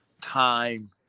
time